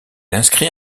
inscrit